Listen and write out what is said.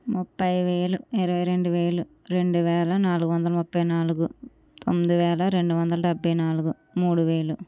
ముప్పై వేలు ఇరవై రెండు వేలు రెండు వేల నాలుగు వందల ముప్పై నాలుగు తొమ్మిది వేల రెండు వందల డెబ్భై నాలుగు మూడు వేలు